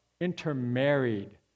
intermarried